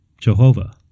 Jehovah